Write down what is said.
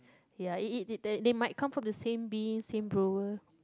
ya it it they might come from the same being same brewer